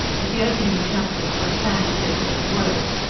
but the opening chapters were a sandy desert of words,